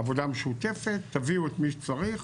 עבודה משותפת, תביאו את מי שצריך.